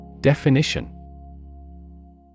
Definition